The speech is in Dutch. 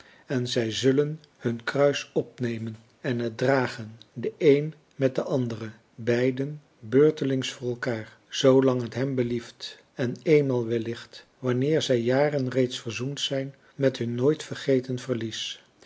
en zij zullen hun kruis opnemen en het dragen de een met de andere beiden beurtelings voor elkaar zoolang het hem belieft en éénmaal wellicht wanneer zij jaren reeds verzoend zijn met hun nooit vergeten verlies